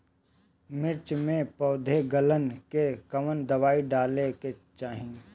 मिर्च मे पौध गलन के कवन दवाई डाले के चाही?